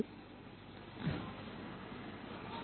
Physical Unclonable Functions and Applications A Tutorial